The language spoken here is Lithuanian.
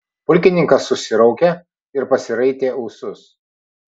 pulkininkas susiraukė ir pasiraitę ūsus